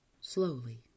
slowly